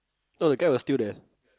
no the guy was still there